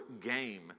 game